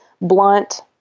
blunt